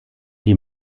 die